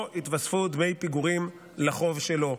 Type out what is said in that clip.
לא יתווספו דמי פיגורים לחוב שלו.